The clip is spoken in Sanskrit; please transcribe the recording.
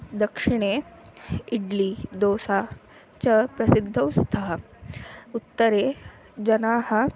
दक्षिणे इड्ली दोसा च प्रसिद्धौ स्तः उत्तरे जनेभ्यः